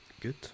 Good